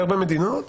בהרבה מדינות,